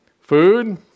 Food